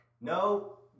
no